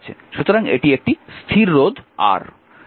সুতরাং এটি একটি স্থির রোধ R